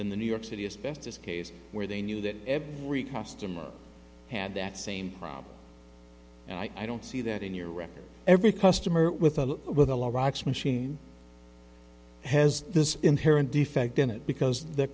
in the new york city as best as cases where they knew that every customer had that same problem and i don't see that in your record every customer with a with a low rocks machine has this inherent defect in it because the